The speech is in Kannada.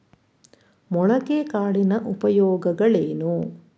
ಮೊಳಕೆ ಕಾಳಿನ ಉಪಯೋಗಗಳೇನು?